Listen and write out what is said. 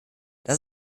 das